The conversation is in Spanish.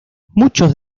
muchos